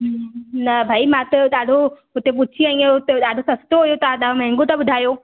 न भाई मां त ॾाढो हुते पुछी आई आहियां ॾाढो सस्तो हे तव्हां महांगो था ॿुधायो